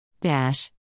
Dash